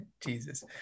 jesus